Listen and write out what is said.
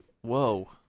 Whoa